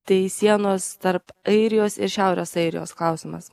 tai sienos tarp airijos ir šiaurės airijos klausimas